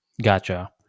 Gotcha